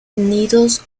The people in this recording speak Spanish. nidos